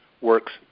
works